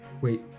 Wait